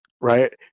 right